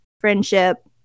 friendship